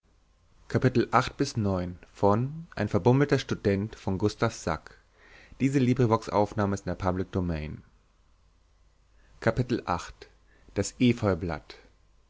ein verbummelter student